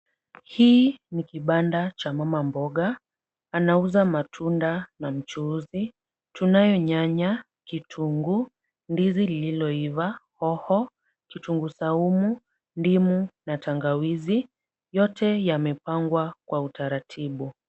Hii ni kibanda cha mama mboga . Anauza matunda na mchuuzi. Tunayo nyanya, kitunguu, ndizi lililoiva, hoho, kitunguu saumu, ndimu na tangawizi. Yote yameangwa kwa utaratibu.